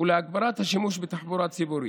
ולהגברת השימוש בתחבורה ציבורית.